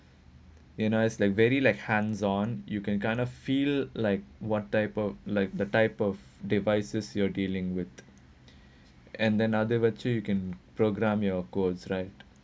you know it's like very like hands on you can kind of feel like what type of like the type of devices you're dealing with and then other virtual you can program your codes right